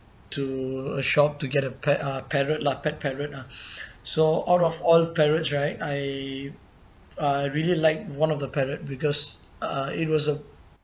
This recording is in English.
to a shop to get a pa~ uh parrot lah pet parent ah so out of all parrots right I I really like one of the parrot because uh it was a